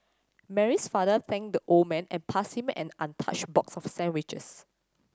Mary's father thanked the old man and passed him an untouched box of sandwiches